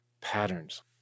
patterns